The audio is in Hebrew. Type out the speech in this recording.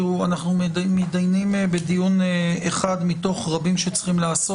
אנחנו מידיינים בדיון אחד מתוך רבים שצריך להיעשות.